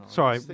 Sorry